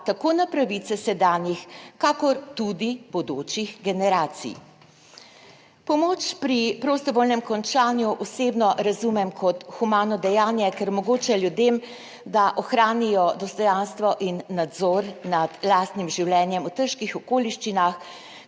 tako na pravice sedanjih kakor tudi bodočih generacij. Pomoč pri prostovoljnem končanju osebno razumem kot humano dejanje, ker omogoča ljudem, da ohranijo dostojanstvo in nadzor nad lastnim življenjem v težkih okoliščinah,